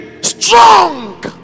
strong